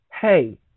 hey